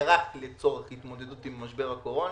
ורק לצורך התמודדות עם משבר הקורונה,